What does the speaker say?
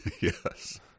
Yes